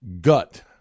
gut